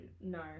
No